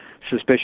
Suspicious